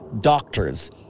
Doctors